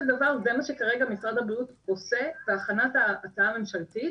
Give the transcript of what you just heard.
דבר זה מה שכרגע משרד הבריאות עושה בהכנת ההצעה הממשלתית.